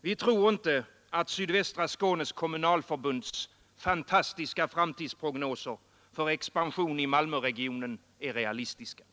Vi tror inte att Sydvästra Skånes kommunalförbunds fantastiska framtidsprognoser för expansion i Malmöregionen är realistiska.